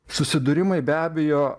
susidūrimai be abejo